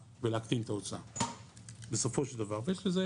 ולהקטין את התוצאה בסופו של דבר ויש לזה